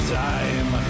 time